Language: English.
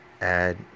add